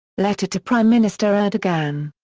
letter to prime minister erdogan.